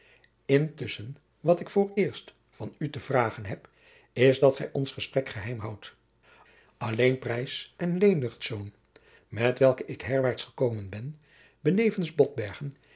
wat ik vooreerst van u te vragen heb is dat gij ons gesprek geheim houdt alleen preys en leendertz met welke ik herwaarts gekomen ben benevens